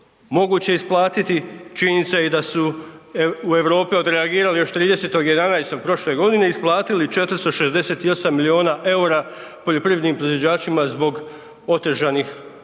moguće isplatiti. Činjenica je i da su u Europi odreagirali još 30. 11. prošle godine i isplatili 468 milijuna eura poljoprivrednim proizvođačima zbog otežanih